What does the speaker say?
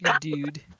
Dude